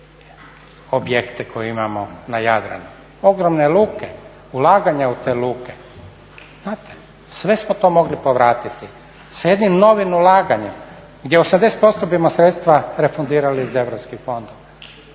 objekte koje imamo na Jadranu, ogromne luke, ulaganja u te luke. Sve smo to mogli povratiti sa jednim novim ulaganjem gdje 80% bimo sredstva refundirali iz europskih fondova.